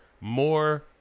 more